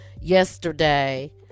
yesterday